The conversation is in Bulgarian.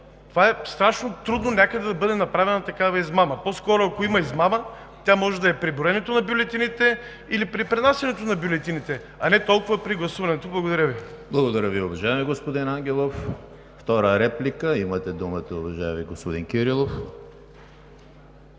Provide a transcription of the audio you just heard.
е много трудно някъде да бъде направена такава измама. По-скоро, ако има измама, тя може да е при броенето на бюлетините или при пренасянето на бюлетините, а не толкова при гласуването. Благодаря Ви. ПРЕДСЕДАТЕЛ ЕМИЛ ХРИСТОВ: Благодаря Ви, уважаеми господин Ангелов. Втора реплика? Имате думата, уважаеми господин Кирилов.